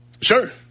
Sure